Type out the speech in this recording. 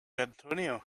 antonio